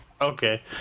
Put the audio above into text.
Okay